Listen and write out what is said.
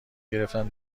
گرفتم